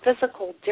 physical